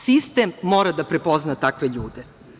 Sistem mora da prepozna takve ljude.